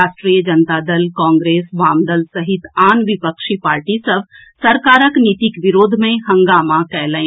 राष्ट्रीय जनता दल कांग्रेस वामदल सहित आन विपक्षी पार्टी सभ सरकारक नीतिक विरोध मे हंगामा कयलनि